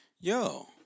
Yo